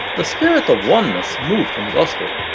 the spirit of oneness moved from gospel,